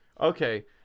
Okay